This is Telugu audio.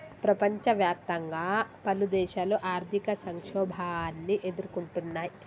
ప్రపంచవ్యాప్తంగా పలుదేశాలు ఆర్థిక సంక్షోభాన్ని ఎదుర్కొంటున్నయ్